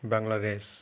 Bangladesh